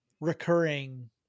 recurring